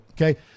Okay